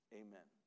amen